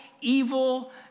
evil